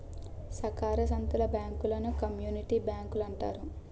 సాకార సంత్తల బ్యాంకులను కమ్యూనిటీ బ్యాంకులంటారు